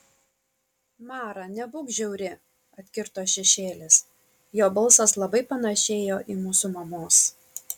mara nebūk žiauri atkirto šešėlis jo balsas labai panėšėjo į mūsų mamos